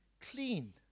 clean